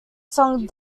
song